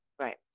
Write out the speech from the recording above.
right